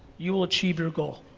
you will achieve your goal.